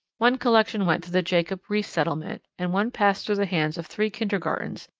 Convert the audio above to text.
one collection went to the jacob riis settlement, and one passed through the hands of three kindergartens,